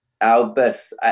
Albus